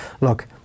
look